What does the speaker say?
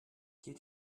due